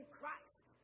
Christ